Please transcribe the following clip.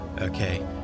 okay